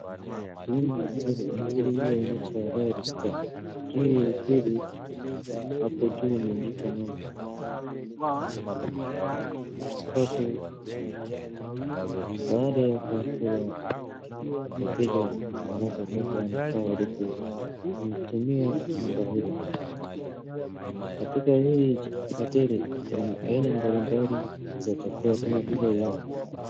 Hii ni hoteli. Hoteli hiyo inaitwa Royalstar . Hii hoteli, hapo juu imeandikwa namba kwa sababu baada ya kukula, wateja wanapotoka wanafaa walipe kutumia namba hiyo. Katika hii hoteli kuna aina mbalimbali za chakula kama vile.